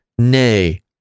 nay